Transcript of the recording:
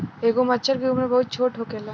एगो मछर के उम्र बहुत छोट होखेला